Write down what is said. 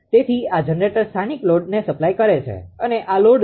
તેથી આ જનરેટર સ્થાનિક લોડને સપ્લાય કરે છે અને આ લોડ છે